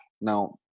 Now